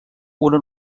una